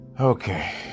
okay